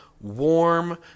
warm